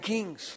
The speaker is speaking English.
Kings